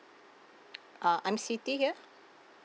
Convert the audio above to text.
uh I'm siti here